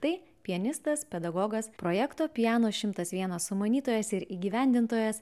tai pianistas pedagogas projekto piano šimts vienas sumanytojas ir įgyvendintojas